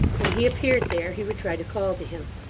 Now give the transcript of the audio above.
when he appeared there, he would try to call to him.